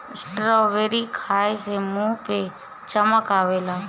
strawberry खाए से मुंह पे चमक आवेला